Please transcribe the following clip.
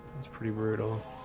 that's pretty rude. ah